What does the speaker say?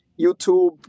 YouTube